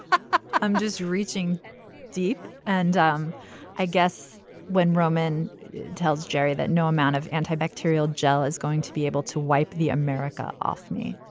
i'm just reaching deep and um i guess when roman tells jerry that no amount of antibacterial gel is going to be able to wipe the america off me.